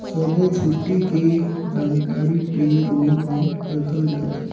सब्बो छुट्टी के जानकारी पे रोल में रखल जाथे